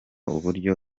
uburyo